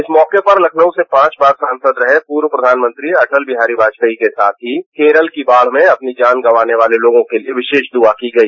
इस मौके पर लखनऊ से पांच बार सांसद रहे पूर्व प्रधानमंत्री अटल बिहारी वाजपेयी के साथ ही केरल की बाढ़ में अपनी जान गवाने वाले लोगों के लिए विशेष द्रआ की गई